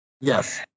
Yes